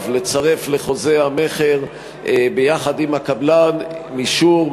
לצרף לחוזה המכר ביחד עם הקבלן אישור,